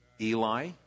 Eli